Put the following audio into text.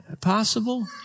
possible